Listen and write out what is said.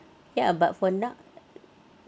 ya but for now